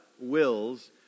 wills